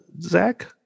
Zach